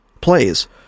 plays